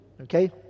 Okay